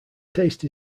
taste